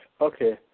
Okay